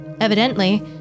Evidently